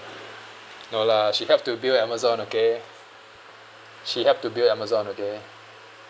no lah she helps to build Amazon okay she help to build Amazon okay